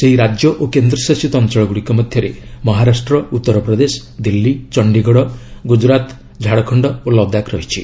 ସେହି ରାଜ୍ୟ ଓ କେନ୍ଦ୍ରଶାସିତ ଅଞ୍ଚଳ ଗୁଡ଼ିକ ମଧ୍ୟରେ ମହାରାଷ୍ଟ୍ର ଉତ୍ତରପ୍ରଦେଶ ଦିଲ୍ଲୀ ଚଣ୍ଡିଗଡ଼ ଗୁଜରାତ ଝାଡ଼ଖଣ୍ଡ ଓ ଲଦାଖ ରହିଛି